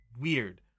weird